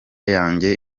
yanjye